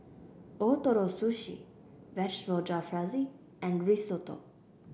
Ootoro Sushi Vegetable Jalfrezi and Risotto